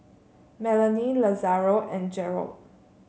Melony Lazaro and Jerrod